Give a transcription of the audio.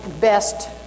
best